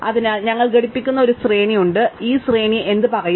അതിനാൽ ഞങ്ങൾ ഘടിപ്പിക്കുന്ന ഒരു ശ്രേണി ഉണ്ട് ഈ ശ്രേണി എന്ത് പറയും